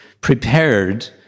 prepared